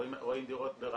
רואים דירות ברעננה,